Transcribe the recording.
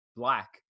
black